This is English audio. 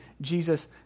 Jesus